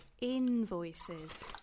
Invoices